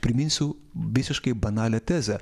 priminsiu visiškai banalią tezę